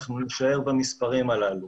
אנחנו נישאר במספרים הללו.